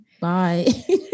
Bye